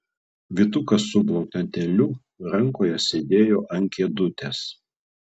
vytukas su bloknotėliu rankoje sėdėjo ant kėdutės